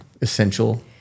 essential